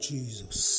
Jesus